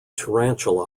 tarantula